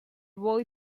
boy